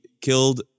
killed